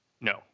No